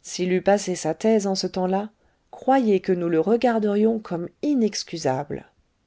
s'il eût passé sa thèse en ce temps-là croyez que nous le regarderions comme inexcusable